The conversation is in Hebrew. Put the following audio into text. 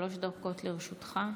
שלוש דקות לרשותך.